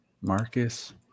Marcus